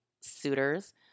suitors